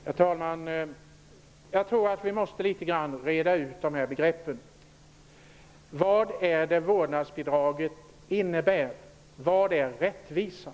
Herr talman! Jag tror att vi måste reda ut dessa begrepp litet grand. Vad innebär vårdnadsbidraget och vad är rättvisa?